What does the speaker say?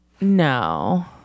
no